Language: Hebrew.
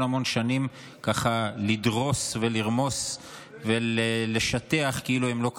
המון שנים לדרוס ולרמוס ולשטח כאילו הם לא קיימים.